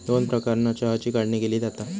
दोन प्रकारानं चहाची काढणी केली जाता